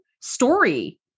story